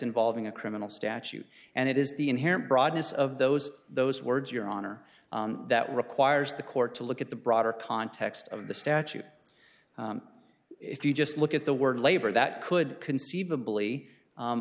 involving a criminal statute and it is the inherent broadness of those those words your honor that requires the court to look at the broader context of the statute if you just look at the word labor that could conceivably